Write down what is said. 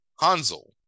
hansel